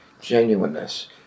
genuineness